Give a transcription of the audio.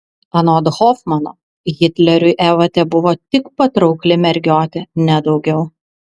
anot hofmano hitleriui eva tebuvo tik patraukli mergiotė ne daugiau